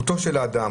האדם,